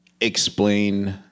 explain